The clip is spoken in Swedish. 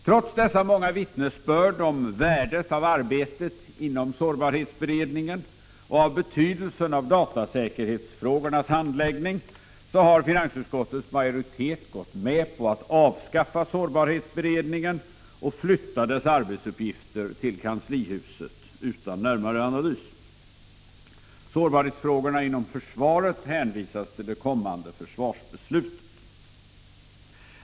Trots dessa många vittnesbörd om värdet av arbetet inom sårbarhetsberedningen och betydelsen av datasäkerhetsfrågornas handläggning, har finansutskottets majoritet gått med på att avskaffa sårbarhetsberedningen och flytta dess arbetsuppgifter till kanslihuset utan närmare analys. Sårbar 79 hetsfrågorna inom försvaret hänvisas till det kommande försvarsbeslutet.